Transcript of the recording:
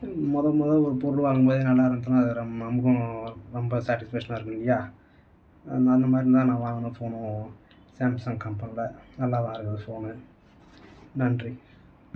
முத முத ஒரு பொருள் வாங்கும் போதே அது நல்லா இருக்கணும் அது ரொம் நமக்கும் ரொம்ப சாட்டிஸ்ஃபேஷனை இருக்கணும் இல்லையா அது அந்த மாதிரி தான் நான் வாங்கணும் ஃபோகனும் சாம்சங் கம்பெனியில நல்லா வாங்கினேன் ஃபோன்னு நன்றி